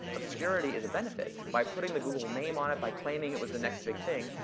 obscurity is a benefit. by putting the google name on it, by claiming it was the next big thing,